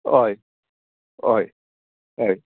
हय हय हय